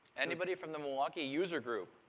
anybody from the milwaukee user group?